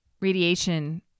radiation